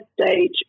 stage